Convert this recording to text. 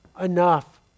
enough